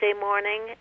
morning